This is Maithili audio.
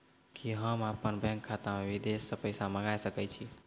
कि होम अपन बैंक खाता मे विदेश से पैसा मंगाय सकै छी?